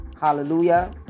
Hallelujah